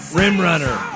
rim-runner